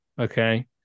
okay